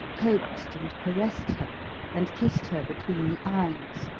coaxed and caressed her and kissed her between the eyes,